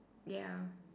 ya